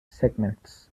segments